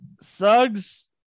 Suggs